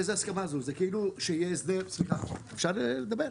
אפשר לדבר?